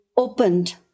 opened